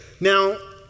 Now